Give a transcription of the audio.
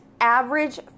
average